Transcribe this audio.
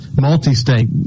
multi-state